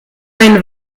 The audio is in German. ein